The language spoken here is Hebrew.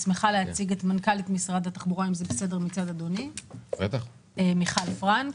להציג את מנכ"לית משרד התחבורה, מיכל פרנק,